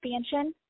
expansion